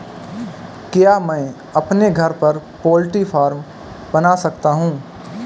क्या मैं अपने घर पर पोल्ट्री फार्म बना सकता हूँ?